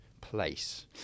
place